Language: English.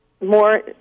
more